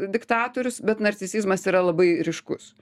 diktatorius bet narcisizmas yra labai ryškus